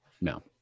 No